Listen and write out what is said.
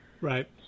Right